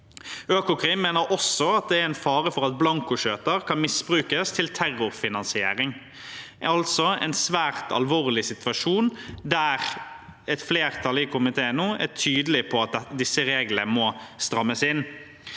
Økokrim mener også at det er en fare for at blankoskjøter kan misbrukes til terrorfinansiering. Det er altså en svært alvorlig situasjon, der et flertall i komiteen nå er tydelig på at disse reglene må strammes inn.